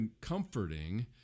comforting